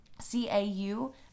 c-a-u